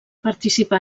participà